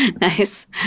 nice